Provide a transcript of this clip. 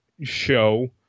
show